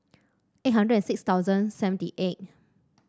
eight hundred and six thousand seventy eight